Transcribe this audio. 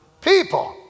people